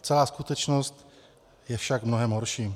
Celá skutečnost je však mnohem horší.